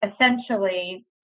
essentially